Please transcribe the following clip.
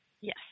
Yes